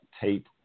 tape